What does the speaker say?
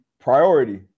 priority